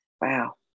wow